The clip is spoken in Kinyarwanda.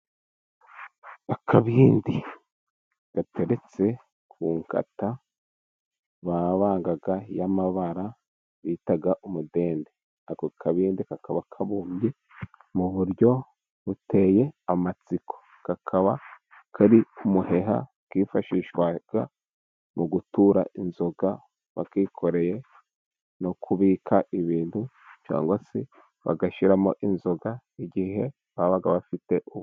Akabindi gateretse ku ngata babangaga y'amabara bitaga umudende. Ako kabindi kakaba kabumbye mu buryo buteye amatsiko. Kakaba karimo umuheha. Kifashishwaga mu gutura inzoga bakikoreye, no kubika ibintu cyangwa se bagashyiramo inzoga, igihe babaga bafite ubukwe.